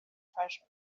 treasure